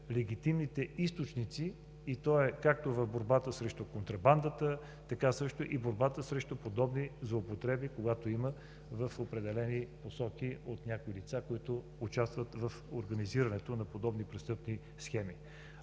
легитимните източници както в борбата срещу контрабандата, така също и в борбата срещу подобни злоупотреби, когато има, в определени посоки от някои лица, които участват в организирането на подобни престъпни схеми.